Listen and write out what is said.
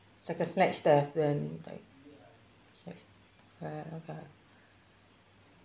it's like a snatch theft then like it's like right okay